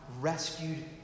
rescued